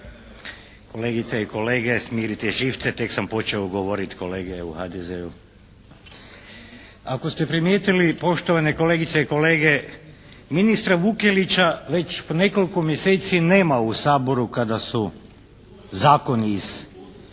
kolegice i kolege. Smirite živce, tek sam počeo govoriti kolege u HDZ-u. Ako ste primijetili poštovane kolegice i kolege, ministra Vukelića već nekoliko mjeseci nema u Saboru kada su zakoni iz